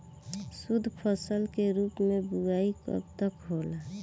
शुद्धफसल के रूप में बुआई कब तक होला?